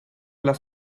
las